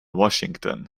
washington